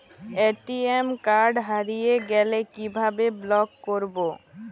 ATM card হারিয়ে গেলে কিভাবে ব্লক করবো?